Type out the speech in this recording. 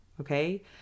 okay